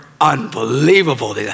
unbelievable